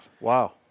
Wow